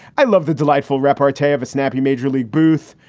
i love the delightful repartee of a snappy major league buth,